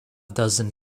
dozen